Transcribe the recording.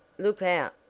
look out,